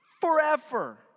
forever